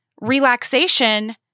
relaxation